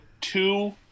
two